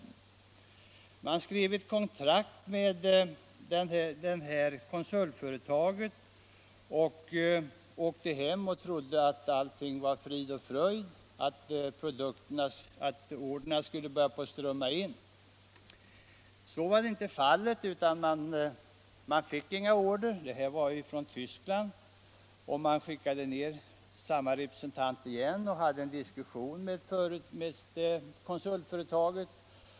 Medhjälparen skrev ett kontrakt med konsultföretaget, åkte hem och trodde att allt var frid och fröjd, att order skulle börja strömma in. Så var inte fallet. Man fick inga order från landet i fråga — i detta fall Tyskland. Man skickade ned samma representant igen, som hade en diskussion med konsultföretaget.